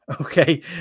okay